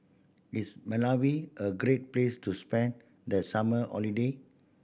is Malawi a great place to spend the summer holiday